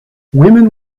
women